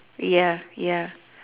ya ya